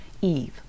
Eve